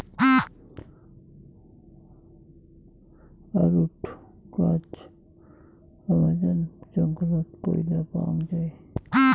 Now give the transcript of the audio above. arrowroot গছ Amazon জঙ্গলত পৈলা পাওয়াং যাই